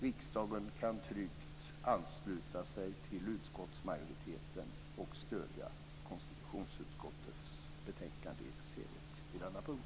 Riksdagen kan tryggt ansluta sig till utskottsmajoriteten och stödja konstitutionsutskottets hemställan i dess helhet på denna punkt.